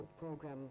program